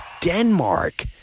Denmark